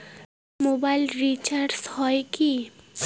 Mobile recharge হয় কি?